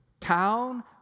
town